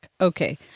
Okay